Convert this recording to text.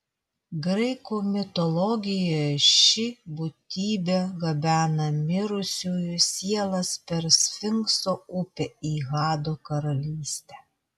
graikų mitologijoje ši būtybė gabena mirusiųjų sielas per sfinkso upę į hado karalystę